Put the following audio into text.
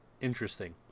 interesting